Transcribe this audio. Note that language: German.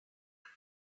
das